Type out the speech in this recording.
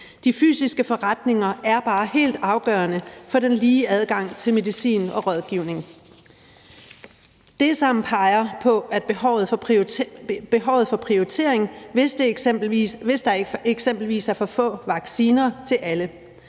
De fysiske forretninger er bare helt afgørende for den lige adgang til medicin og rådgivning. Det, som peger på, at der er behov for prioritering, er, hvis der eksempelvis er for få vacciner til alle.